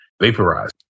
vaporized